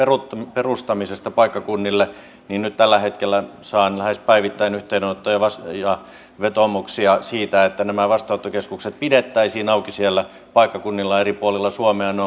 perustamisesta paikkakunnille niin nyt tällä hetkellä saan lähes päivittäin yhteydenottoja ja vetoomuksia siitä että nämä vastaanottokeskukset pidettäisiin auki siellä paikkakunnilla eri puolilla suomea ne